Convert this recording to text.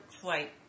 flight